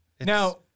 Now –